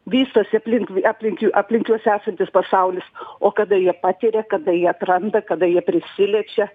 vystosi aplink aplink jų aplink juos esantis pasaulis o kada jie patiria kada jie atranda kada jie prisiliečia